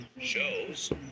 shows